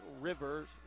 Rivers